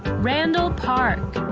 ramble park,